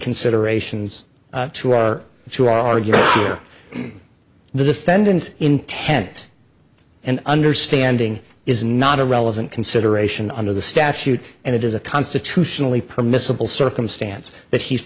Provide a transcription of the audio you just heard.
considerations to our to argue here the defendant's intent an understanding is not a relevant consideration under the statute and it is a constitutionally permissible circumstance that he's